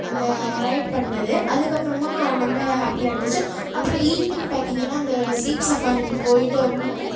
அந்த ரைட் பண்ணது அதுக்கப்புறமா ரொம்ப ஹேப்பியாக இருந்துச்சு அப்புறம் ஈவினிங் பார்த்தீங்கன்னா அந்த ஸீப் சஃபாரி போயிட்ட போது